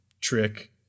trick